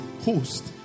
host